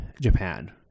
Japan